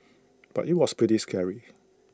but IT was pretty scary